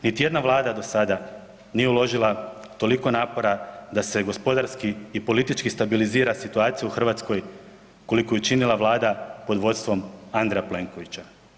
Niti jedna vlada do sada nije uložila toliko napora da se gospodarski i politički stabilizira situacija u Hrvatskoj koliko je učinila Vlada pod vodstvom Andreja Plenkovića.